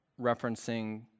referencing